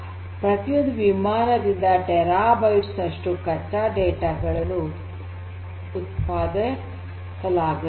ಪ್ರತಿಯೊಂದು ವಿಮಾನದಿಂದ ಟೇರಾಬೈಟ್ಸ್ ನಷ್ಟು ಈ ಕಚ್ಚಾ ಡೇಟಾ ಗಳನ್ನು ಉತ್ಪಾದಿಸಲಾಗುತ್ತದೆ